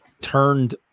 turned